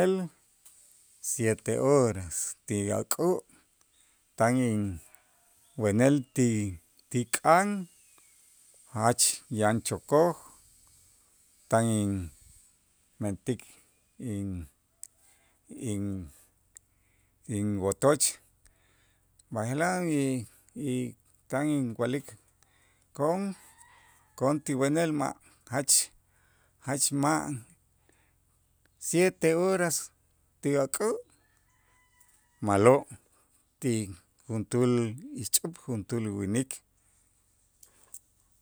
Siete horas ti ak'ä' tan inwenel ti- ti k'an jach yan chokoj, tan inmentik in- in- inwotoch, b'aje'laj y y tan inwa'lik ko'on, ko'on ti wenel ma' jach jach ma' siete horas ti ak'ä' ma'lo' ti juntuul ixch'up juntuul winik.